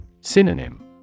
Synonym